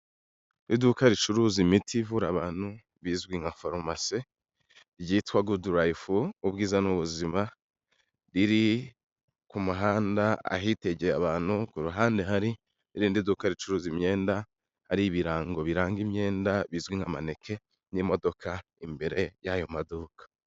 Iduka ricuruza imiti ivura abantu bizwi nka farumasi ryitwa Goodlife ubwiza n'ubuzima, riri ku muhanda ahitegeye abantu, ku ruhande hari irindi duka ricuruza imyenda, hari ibirango biranga imyenda bizwi nka maneke n'imodoka imbere y'ayo maduka.